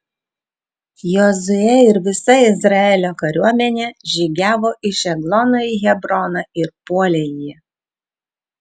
jozuė ir visa izraelio kariuomenė žygiavo iš eglono į hebroną ir puolė jį